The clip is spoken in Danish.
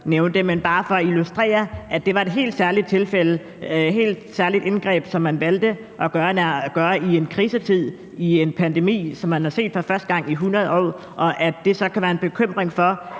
var bare for at illustrere, at det var et helt særligt tilfælde, et helt særligt indgreb, som man valgte at gøre i en krisetid under en pandemi, som man så for første gang i 100 år, og at der så kan være en bekymring for,